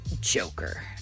Joker